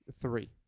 Three